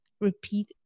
repeat